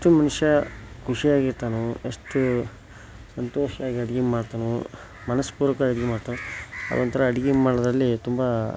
ಎಷ್ಟು ಮನುಷ್ಯ ಖುಷಿಯಾಗಿರ್ತಾನೊ ಎಷ್ಟು ಸಂತೋಷವಾಗಿ ಅಡುಗೆ ಮಾಡ್ತಾನೊ ಮನಸ್ಪೂರ್ವಕವಾಗಿ ಮಾಡ್ತಾನೆ ಅದೊಂಥರಾ ಅಡುಗೆ ಮಾಡೋದರಲ್ಲಿ ತುಂಬ